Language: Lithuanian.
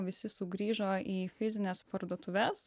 visi sugrįžo į fizines parduotuves